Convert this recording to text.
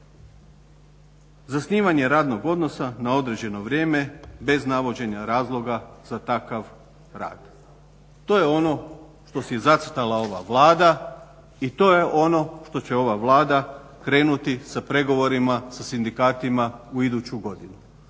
Zasnivanje radnog odnosa na određeno vrijeme bez navođenja razloga za takav rad. To je ono što si je zacrtala ova Vlada i to je ono što će ova Vlada krenuti sa pregovorima sa sindikatima u iduću godinu.